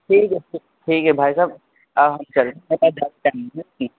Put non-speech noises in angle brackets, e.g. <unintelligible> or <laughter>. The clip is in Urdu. ٹھیک ہے پھر ٹھیک ہے بھائی صاحب اب ہم چل <unintelligible>